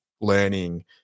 learning